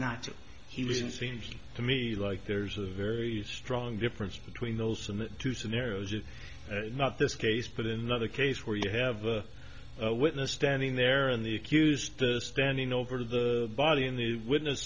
not to he was it seems to me like there's a very strong difference between those two scenarios of not this case but in another case where you have a witness standing there on the accused standing over the body in the witness